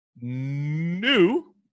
New